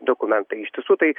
dokumentai iš tiesų tai